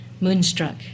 Moonstruck